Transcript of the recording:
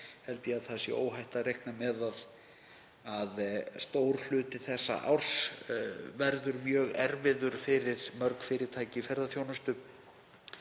held ég að óhætt sé að reikna með að stór hluti þessa árs verði mjög erfiður fyrir mörg fyrirtæki í ferðaþjónustu.